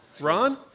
Ron